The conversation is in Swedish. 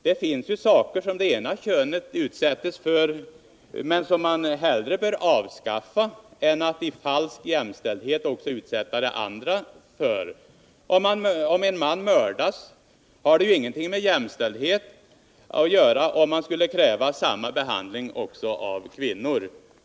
Det finns ju saker som det ena könet utsätts för men som man hellre bör avskaffa än i falsk jämställdhet utsätta även det andra könet för. Om en man mördas har det ju ingenting med jämställdhet att göra om man skulle kräva samma behandling också av en kvinna!